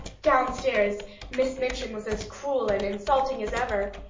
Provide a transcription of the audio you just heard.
downstairs miss minchin was as cruel and insulting as ever,